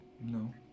no